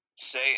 say